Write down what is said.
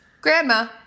grandma